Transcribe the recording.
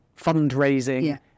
fundraising